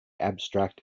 abstract